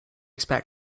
expect